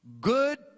Good